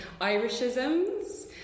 Irishisms